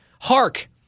Hark